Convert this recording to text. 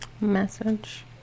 Message